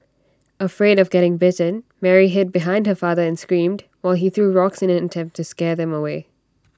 afraid of getting bitten Mary hid behind her father and screamed while he threw rocks in an attempt to scare them away